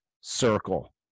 circle